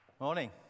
Morning